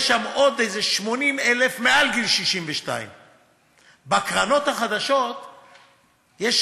יש שם עוד כ-80,000 מעל גיל 62. בקרנות החדשות יש,